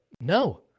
no